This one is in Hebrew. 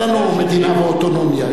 אין לנו מדינה ואוטונומיה.